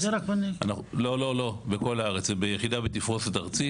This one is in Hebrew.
זו יחידה בתפרוסת ארצית.